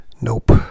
Nope